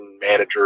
manager